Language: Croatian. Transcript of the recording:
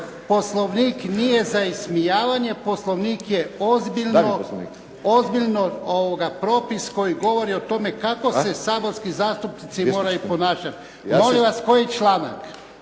Poslovnik nije za ismijavanje, Poslovnik je ozbiljan propis koji govori o tome kako se saborski zastupnici moraju ponašati. Molim vas, koji članak?